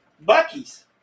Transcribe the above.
Bucky's